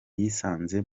yisanze